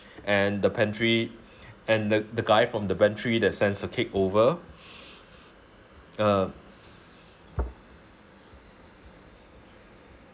and the pantry and the the guy from the pantry that sends the cake over uh